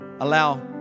allow